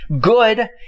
good